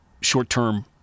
short-term